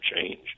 change